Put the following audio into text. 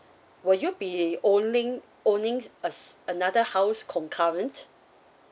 would you be owning owning uh another house concurrent